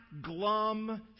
glum